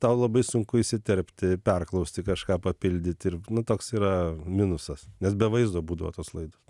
tau labai sunku įsiterpti perklausti kažką papildyt ir nu toks yra minusas nes be vaizdo būdavo tos laidos